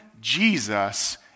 Jesus